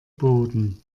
boden